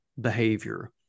behavior